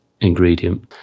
ingredient